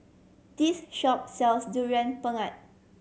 this shop sells Durian Pengat